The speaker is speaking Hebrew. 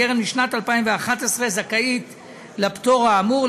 הקרן משנת 2011 זכאית לפטור האמור,